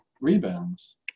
rebounds